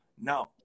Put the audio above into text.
no